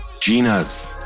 Gina's